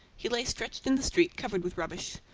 he lay stretched in the street covered with rubbish.